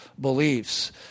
beliefs